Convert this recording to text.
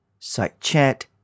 sitechat